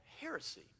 heresy